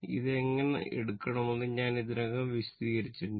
ഇത് എങ്ങനെ എടുക്കണമെന്ന് ഞാൻ ഇതിനകം വിശദീകരിച്ചിട്ടുണ്ട്